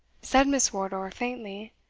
said miss wardour, faintly.